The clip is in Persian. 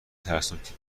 ترسناک